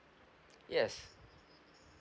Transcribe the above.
yes